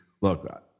Look